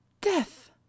death